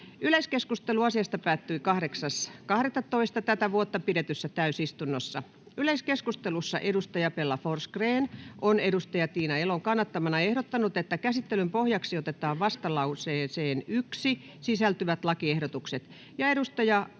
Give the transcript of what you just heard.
Yleiskeskustelu asiasta päättyi 8.12.2023 pidetyssä täysistunnossa. Yleiskeskustelussa Bella Forsgrén on Tiina Elon kannattamana ehdottanut, että käsittelyn pohjaksi otetaan vastalauseeseen 1 sisältyvät lakiehdotukset, ja